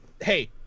Hey